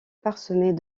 parsemée